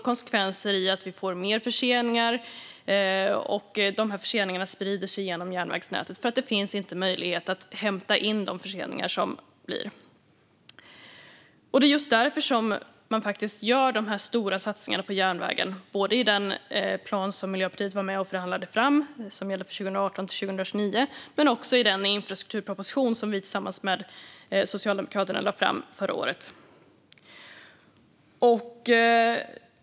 Konsekvensen blir att vi får mer förseningar, och de sprider sig genom järnvägsnätet eftersom det inte finns möjlighet att hämta in de förseningar som uppstår. Just därför gör man de stora satsningarna på järnvägen, både i den plan som Miljöpartiet var med och förhandlade fram och som gäller för 2018-2029 och i den infrastrukturproposition som vi lade fram förra året tillsammans med Socialdemokraterna.